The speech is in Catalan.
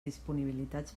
disponibilitats